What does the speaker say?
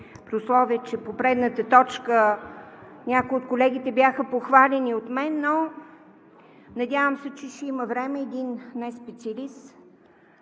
условие че по предната точка някои от колегите бяха похвалени от мен, но, надявам се, че ще има време един неспециалист,